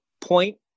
point